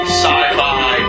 sci-fi